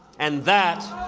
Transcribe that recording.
and that